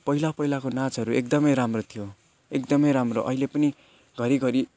पहिला पहिलाको नाचहरू एकदमै राम्रो थियो एकदमै राम्रो अहिले पनि घरिघरि